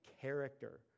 character